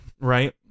Right